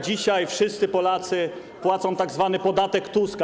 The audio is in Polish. Dzisiaj wszyscy Polacy płacą tzw. podatek Tuska.